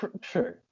True